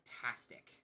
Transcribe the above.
fantastic